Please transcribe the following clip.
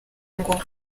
ngo